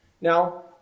now